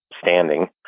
standing